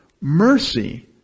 Mercy